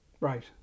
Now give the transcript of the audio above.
Right